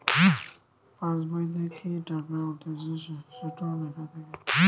পাসবোইতে কি কি টাকা উঠতিছে সেটো লেখা থাকে